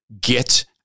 Get